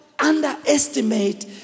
underestimate